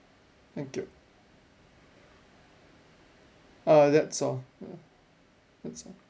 thank you err that's all that's all